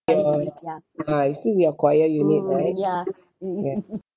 your ah since you're choir you need right ya